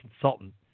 consultant